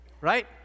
right